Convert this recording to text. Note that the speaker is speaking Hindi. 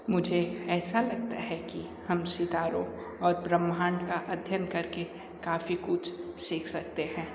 मुझे ऐसा लगता है कि हम सितारों और ब्रह्मांड का अध्ययन करके काफ़ी कुछ सीख सकते हैं